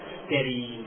steady